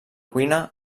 cuina